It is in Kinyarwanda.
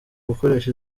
gukoresha